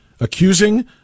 accusing